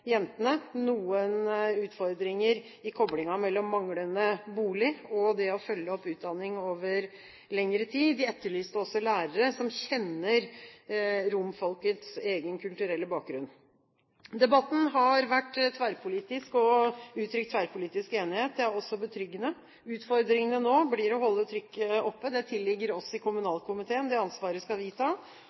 jentene, noen utfordringer i koblingen mellom manglende bolig og det å følge opp utdanning over lengre tid. De etterlyste også lærere som kjenner romfolkets egen kulturelle bakgrunn. Debatten har vært tverrpolitisk og uttrykt tverrpolitisk enighet. Det er også betryggende. Utfordringene nå blir å holde trykket oppe. Det tilligger oss i kommunalkomiteen. Det ansvaret skal vi ta.